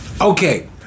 Okay